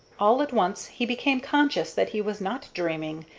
all at once he became conscious that he was not dreaming,